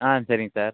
ஆ சரிங்க சார்